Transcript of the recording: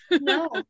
No